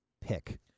pick